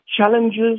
challenges